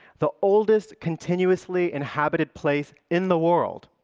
the oldest continuously-inhabited place in the world,